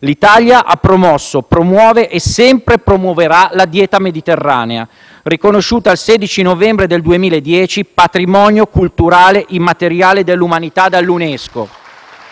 L'Italia ha promosso, promuove e sempre promuoverà la dieta mediterranea, riconosciuta il 16 novembre del 2010 patrimonio culturale immateriale dell'umanità dall'UNESCO